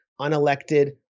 unelected